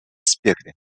аспекты